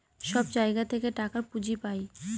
সব জায়গা থেকে টাকার পুঁজি পাই